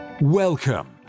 Welcome